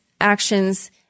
actions